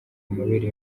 amabere